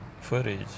footage